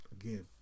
Again